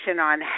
on